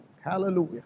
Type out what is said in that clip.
Hallelujah